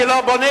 כי לא בונים.